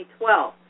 2012